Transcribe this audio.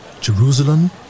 Jerusalem